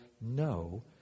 no